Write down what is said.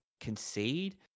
concede